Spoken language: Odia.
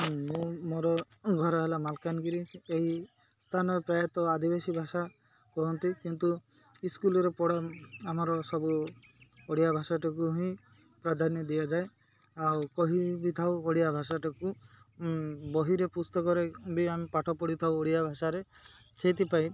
ମୁଁ ମୋର ଘର ହେଲା ମାଲକାନଗିରି ଏହି ସ୍ଥାନରେ ପ୍ରାୟତଃ ଆଦିବାସୀ ଭାଷା କୁହନ୍ତି କିନ୍ତୁ ସ୍କୁଲ୍ରେ ପଢ଼ା ଆମର ସବୁ ଓଡ଼ିଆ ଭାଷା ଟାକୁ ହିଁ ପ୍ରାଧାନ୍ୟ ଦିଆଯାଏ ଆଉ କହି ବି ଥାଉ ଓଡ଼ିଆ ଭାଷା ଟାକୁ ବହିରେ ପୁସ୍ତକରେ ବି ଆମେ ପାଠ ପଢ଼ି ଥାଉ ଓଡ଼ିଆ ଭାଷାରେ ସେଇଥିପାଇଁ